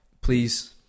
please